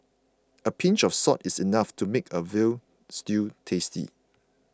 a pinch of salt is enough to make a Veal Stew tasty